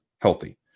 healthy